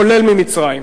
כולל ממצרים.